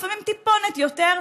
לפעמים טיפונת יותר,